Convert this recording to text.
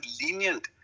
lenient